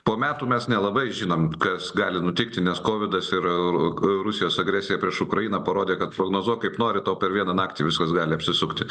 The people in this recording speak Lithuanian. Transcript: po metų mes nelabai žinom kas gali nutikti nes kovidas ir rusijos agresija prieš ukrainą parodė kad prognozuok kaip nori tau per vieną naktį viskas gali apsisukti